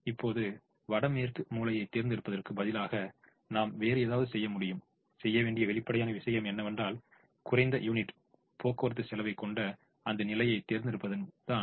இப்போது வடமேற்கு மூலையைத் தேர்ந்தெடுப்பதற்குப் பதிலாக நாம் வேறு ஏதாவது செய்ய முடியும் செய்ய வேண்டிய வெளிப்படையான விஷயம் என்னவென்றால் குறைந்த யூனிட் போக்குவரத்து செலவைக் கொண்ட அந்த நிலையைத் தேர்ந்தெடுப்பதுதான்